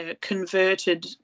converted